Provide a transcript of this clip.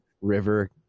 River